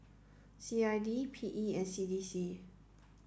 C I D P E and C D C